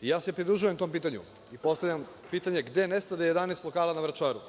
Ja se pridružujem tom pitanju i postavljam pitanje – gde nestade 11 lokala na Vračaru?